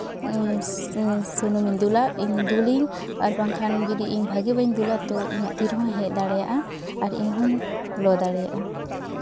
ᱥᱩᱱᱩᱢᱤᱧ ᱫᱩᱞᱟ ᱤᱧ ᱫᱩᱞᱤᱧ ᱟᱨ ᱵᱟᱝᱠᱷᱟᱱ ᱡᱩᱫᱤ ᱤᱧ ᱵᱷᱟᱹᱜᱤ ᱵᱟᱹᱧ ᱫᱩᱞᱟ ᱛᱚ ᱤᱧᱟᱹᱜ ᱛᱤ ᱨᱮᱦᱚᱸ ᱦᱮᱡ ᱫᱟᱲᱮᱭᱟᱜᱼᱟ ᱟᱨ ᱤᱧ ᱦᱩᱧ ᱞᱚ ᱫᱟᱲᱮᱭᱟᱜᱼᱟ